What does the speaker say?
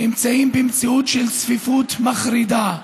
נמצאים במציאות של צפיפות מחרידה: